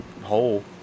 hole